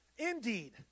Indeed